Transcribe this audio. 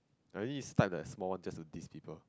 I only type the small one just to diss people